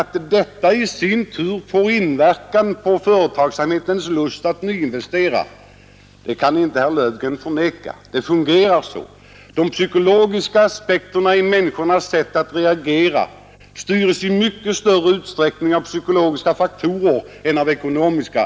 Att detta i sin tur får inverkan på företagsamhetens lust att nyinvestera kan herr Löfgren inte heller förneka. Det hela fungerar så. Människornas sätt att reagera styres i många situationer i mycket större utsträckning av psykologiska faktorer än av ekonomiska.